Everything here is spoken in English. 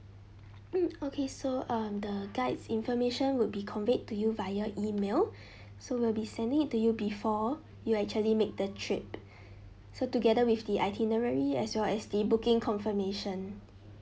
mm okay so um the guide's information would be conveyed to you via email so we'll be sending it to you before you actually make the trip so together with the itinerary as well as the booking confirmation